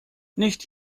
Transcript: nicht